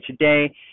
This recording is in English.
today